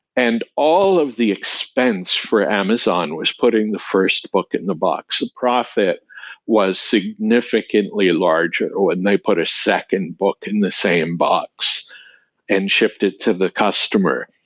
and all of the expense for amazon was putting the first book in the box. profit was significantly larger when they put a second book in the same box and shifted to the customer.